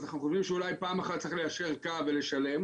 אז אנחנו חושבים שאולי פעם אחת צריך ליישר קו ולשלם,